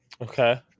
okay